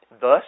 Thus